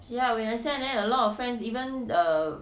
ya we I send then a lot of friends even err